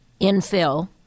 infill